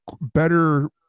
better